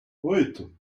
oito